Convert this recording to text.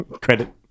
Credit